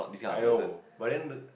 I know but then